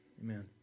Amen